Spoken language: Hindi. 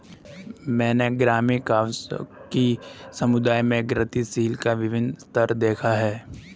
मैंने ग्रामीण काव्य कि समुदायों में गतिशीलता के विभिन्न स्तर देखे हैं